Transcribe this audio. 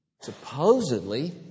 Supposedly